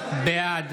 בעד